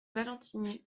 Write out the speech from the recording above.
valentigney